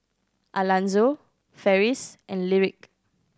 Alanzo Ferris and Lyric